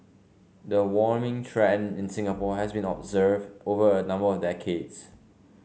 the warming trend in Singapore has been observed over a number of decades